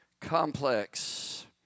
complex